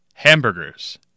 Hamburgers